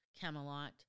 Camelot